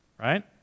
right